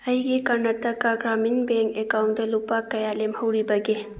ꯑꯩꯒꯤ Karnataka Gramin Bank account ꯂꯨꯄꯥ ꯀꯌꯥ ꯂꯦꯝꯍꯧꯔꯤꯕꯒꯦ